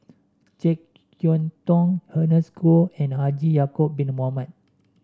JeK Yeun Thong Ernest Goh and Haji Ya'acob Bin Mohamed